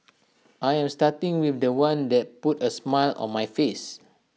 I am starting with The One that put A smile on my face